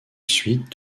suite